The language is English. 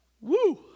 Woo